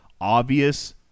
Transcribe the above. obvious